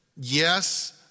yes